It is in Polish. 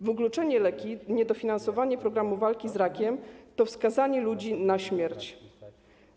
Wykluczone leki i niedofinansowane programy walki z rakiem to skazywanie ludzi na śmierć.